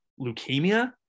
leukemia